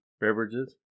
beverages